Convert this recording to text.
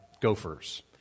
gophers